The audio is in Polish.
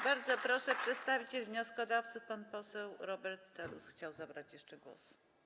Bardzo proszę, przedstawiciel wnioskodawców pan poseł Robert Telus chciał zabrać jeszcze głos.